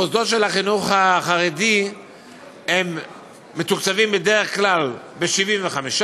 המוסדות של החינוך החרדי מתוקצבים בדרך כלל ב-75%,